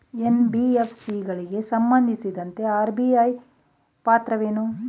NBFC ಗಳಿಗೆ ಸಂಬಂಧಿಸಿದಂತೆ RBI ಪಾತ್ರವೇನು?